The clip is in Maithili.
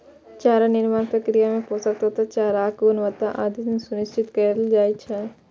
चारा निर्माण प्रक्रिया मे पोषक तत्व, चाराक गुणवत्ता आदि सुनिश्चित कैल जाइ छै